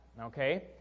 Okay